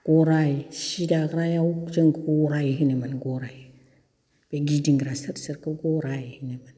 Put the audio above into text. गराय सि दाग्रायाव जों गराय होनोमोन गराय बे गिदिंग्रा सोर सोरखौ गराय होनो गराय